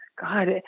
God